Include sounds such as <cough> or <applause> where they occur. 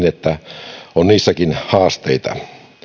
<unintelligible> että on niissäkin haasteita